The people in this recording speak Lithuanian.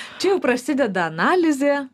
čia jau prasideda analizė